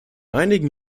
einigen